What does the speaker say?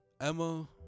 Emma